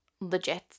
legit